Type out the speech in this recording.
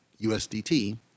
USDT